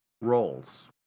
roles